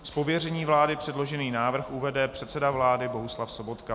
Z pověření vlády předložený návrh uvede předseda vlády Bohuslav Sobotka.